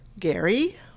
Gary